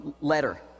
letter